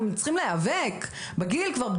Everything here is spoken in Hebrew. הם צריכים להיאבק בגיל שלהם?